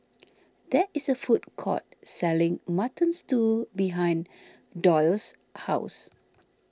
there is a food court selling Mutton Stew behind Doyle's house